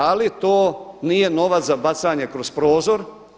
Ali to nije novac za bacanje kroz prozor.